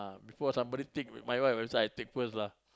before somebody take my wife I take first lah